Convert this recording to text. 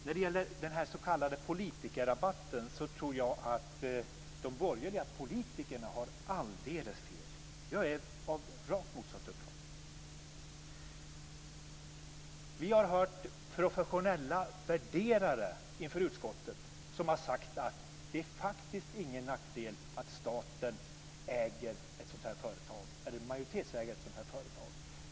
När det gäller den s.k. politikerrabatten tror jag att de borgerliga politikerna har alldeles fel. Jag är av rakt motsatt uppfattning. Vi har hört professionella värderare inför utskottet vilka sagt att det faktiskt inte är någon nackdel att staten majoritetsäger ett sådant här företag.